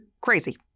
crazy